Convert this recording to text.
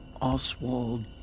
Oswald